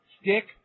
stick